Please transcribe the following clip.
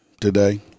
today